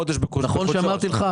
הביטחון זה לא הבעיה שלנו.